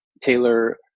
Taylor